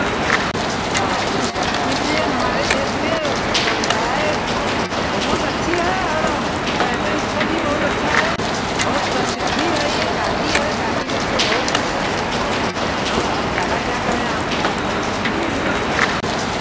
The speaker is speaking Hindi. इसलिए हमारे देश में समुदाय बहुत अच्छी है और पर्यटक स्थल भी बहुत अच्छा है बहुत प्रसिद्धि है यह काशी है काशी में तो बहुत कुछ है हम अब ज़्यादा क्या कहें आप